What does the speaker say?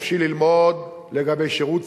"חופשי ללמוד" לגבי שירות